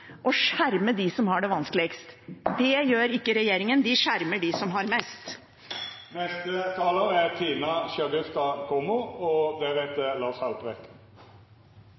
og skjerme dem som har det vanskeligst. Det gjør ikke regjeringen – den skjermer dem som har mest. Når jeg for første gang inntar talerstolen i dette storting, er